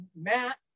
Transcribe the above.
Matt